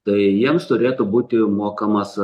tai jiems turėtų būti mokamas